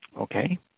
Okay